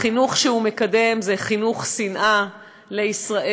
החינוך שהוא מקדם זה חינוך לשנאה לישראל,